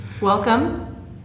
Welcome